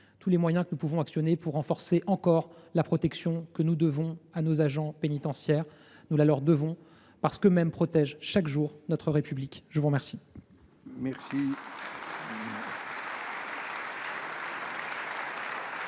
tous les moyens que nous pouvons mettre en œuvre pour renforcer encore la protection que nous devons à nos agents pénitentiaires. Nous la leur devons, parce qu’eux mêmes protègent, chaque jour, notre République ! La parole